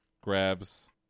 grabs